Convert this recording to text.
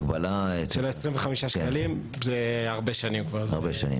ההגבלה של 25 שקלים היא כבר הרבה שנים.